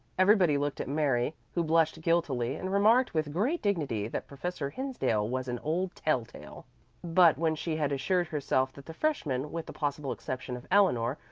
everybody looked at mary, who blushed guiltily and remarked with great dignity that professor hinsdale was an old telltale. but when she had assured herself that the freshmen, with the possible exception of eleanor,